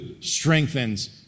strengthens